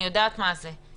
אני יודעת מה זה.